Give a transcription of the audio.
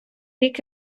рік